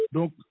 Donc